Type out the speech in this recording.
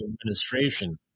administration